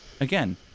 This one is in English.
again